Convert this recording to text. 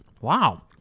Wow